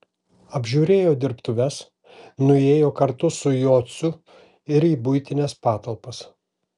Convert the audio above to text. apžiūrėjo dirbtuves nuėjo kartu su jocu ir į buitines patalpas